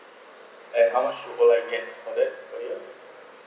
at how much you all can get for that per year